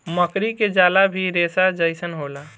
मकड़ी के जाला भी रेसा जइसन होला